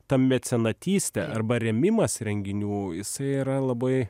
ta mecenatystė arba rėmimas renginių jisai yra labai